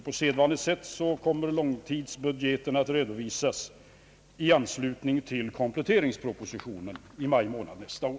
På sedvanligt sätt torde långtidsbudgeten komma att redovisas i anslutning till den reviderade finansplanen nästa vår.